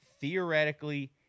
theoretically